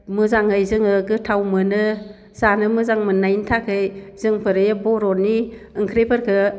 मोजाङै जोङो गोथाव मोनो जानो मोजां मोननायनि थाखै जोंफोर ए बर'नि ओंख्रिफोरखो